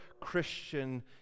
Christian